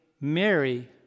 Mary